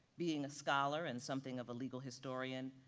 being a scholar and something of a legal historian,